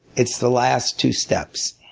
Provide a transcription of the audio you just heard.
it's the last two steps.